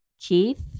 Keith